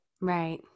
Right